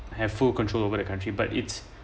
have full control over the country but it's